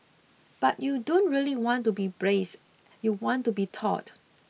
but you don't really want to be braced you want to be taut